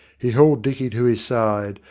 he hauled dicky to his side,